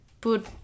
put